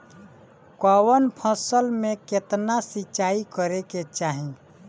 कवन फसल में केतना सिंचाई करेके चाही?